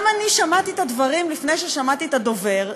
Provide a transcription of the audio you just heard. גם אני שמעתי את הדברים לפני ששמעתי את הדובר.